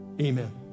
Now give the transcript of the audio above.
Amen